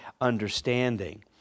understanding